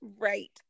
Right